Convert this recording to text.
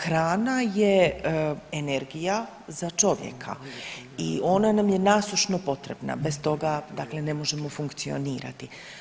Hrana je energija za čovjeka i ona nam je nasušno potrebna bez toga dakle ne može funkcionirati.